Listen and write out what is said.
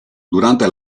durante